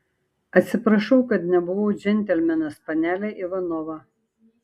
atsiprašau kad nebuvau džentelmenas panele ivanova